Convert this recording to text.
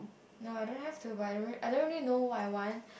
no I don't have to but I don't really know what I want